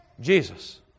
Jesus